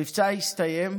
המבצע הסתיים,